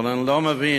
אבל אני לא מבין,